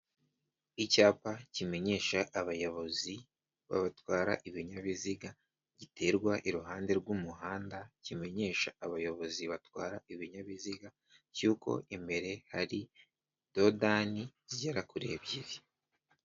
Icyapa kimenyesha abayobozi batwara ibinyabiziga ,giterwa iruhande rw'umuhanda kimenyesha abayobozi batwara ibinyabiziga cy'uko imbere hari dodani zigera kuri ebyiri.